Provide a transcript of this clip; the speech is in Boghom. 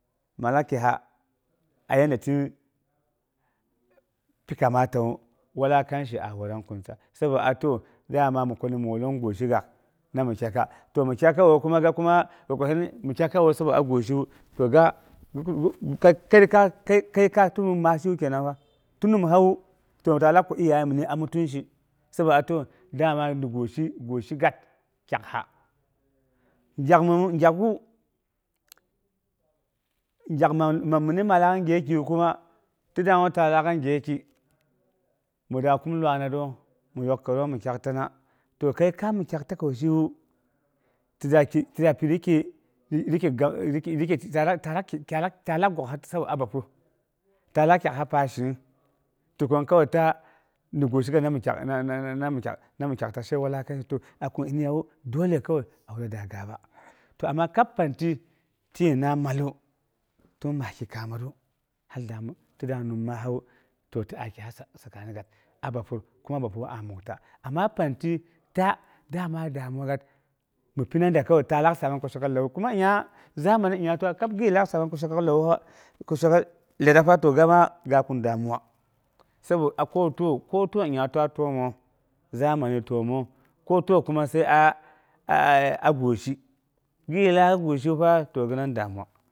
Milak kyeha a yandati pi kamalamu wulakanshi a warang kirina. Sabo mi ato dama mi kwa ni molong guisigas ni mi takga, to mi takgayewu sabo a guisi to ga kəi ka təman maas shekenan fa. Ti nimhawu ma lak ta kwa iyaye mi a mi mutunci, saba to dami ni guisi ni guisi gat kyakna, gyaku gyak ma minu mi lak ni gyekiwu kuma ti ti ayak ta lak ni gyeki mi da kum lunatru mi yok kəyong mi taktina to kinkai mi takla kəi ti da pi rike, ta ta lak gokha sobo man bapyi, ta lak taksa pəishinung sabo nang doi kara ta kwawu kowai ta ni guisigat, ni mi takta sai wulakanshi to guisi nongng dole kai hure da gaaba. To amma kap pangti tiy na mallu, ti map kye kaamatru, ti da nim maa to ti a kyas sakani gat mar man bapyi kuma bapyi a mukta. Amma pangti panggu kowai dama damuwagat mi pinada kowai, kuma nya zamari gibilak saamang ko shok lədru, to gama ga kum damuwa. Sabo ko tiwp nyingnya, ta təming zamani təomong ko tiwo kuma aa aka goshi, gibi laak man guisifa gibi laak mi guisiwa fa to git nan damuwa.